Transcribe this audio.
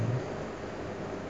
um